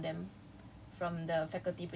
oh by the way I won a giveaway from them